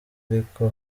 ariko